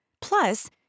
Plus